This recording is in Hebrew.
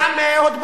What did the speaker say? תודה.